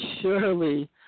surely